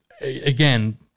again